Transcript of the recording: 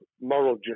moral